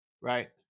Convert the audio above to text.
right